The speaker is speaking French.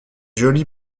jolie